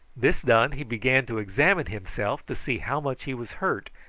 this done he began to examine himself to see how much he was hurt,